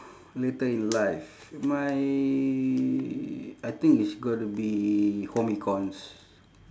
later in life my I think it's got to be home econs